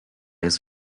his